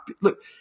Look